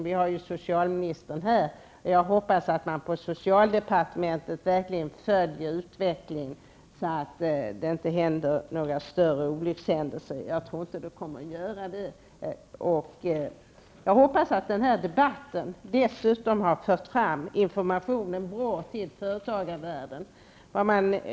Vi har socialministern här i kammaren, och jag hoppas att man på socialdepartementet verkligen följer utvecklingen, så att inte några större olyckshändelser sker. Jag tror inte att några sådana kommer att ske. Jag hoppas att denna debatt dessutom har fört fram informationen till företagarvärlden.